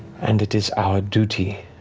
and it is our duty